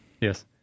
Yes